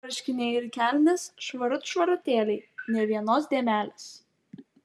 marškiniai ir kelnės švarut švarutėliai nė vienos dėmelės